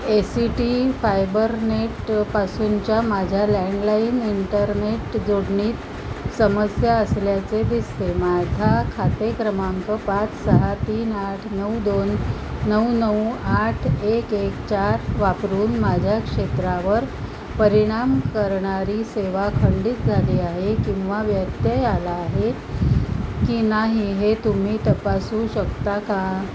ए C T फायबरनेटपासूनच्या माझ्या landline internet जोडणीत समस्या असल्याचे दिसते माझा खाते क्रमांक पाच सहा तीन आठ नऊ दोन नऊ नऊ आठ एक एक चार वापरून माझ्या क्षेत्रावर परिणाम करणारी सेवा खंडित झाली आहे किंवा व्यत्यय आला आहे की नाही हे तुम्ही तपासू शकता का